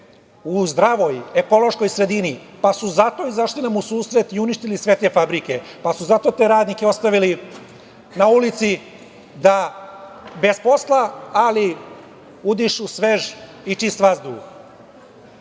u zdravoj, ekološkoj sredini, pa su nam zato izašli u susret i uništili sve te fabrike, pa su zato sve te radnike ostavili na ulici da bez posla, ali udišu svež i čist vazduh. Na